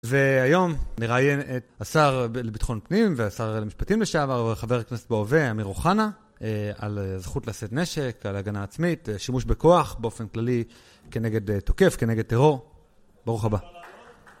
והיום נראיין את השר לביטחון פנים והשר למשפטים לשעבר וחבר הכנסת בהווה, אמיר רוחנה, על זכות לשאת נשק, על הגנה עצמית שימוש בכוח באופן כללי כנגד תוקף, כנגד טרור. ברוך הבא.